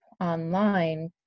online